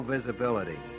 Visibility